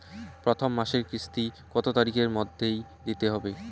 প্রথম মাসের কিস্তি কত তারিখের মধ্যেই দিতে হবে?